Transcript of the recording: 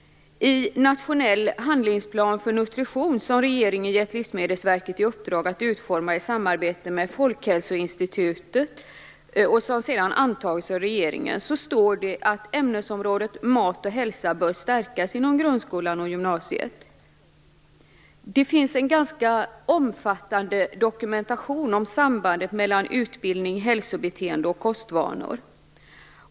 I en nationell handlingsplan för nutrition, som regeringen gett Livsmedelsverket i uppdrag att utforma i samarbete med Folkhälsoinstitutet och som sedan antagits av regeringen, står det att ämnesområdet mat och hälsa bör stärkas inom grundskolan och gymnasiet. Det finns en ganska omfattande dokumentation om sambandet mellan utbildning, hälsobeteende och kostvanor.